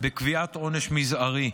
בקביעת עונש מזערי.